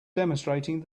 demonstrating